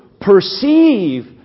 perceive